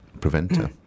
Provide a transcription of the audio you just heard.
preventer